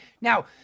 Now